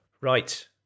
Right